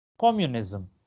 communism